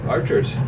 Archers